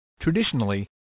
Traditionally